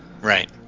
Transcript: right